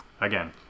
Again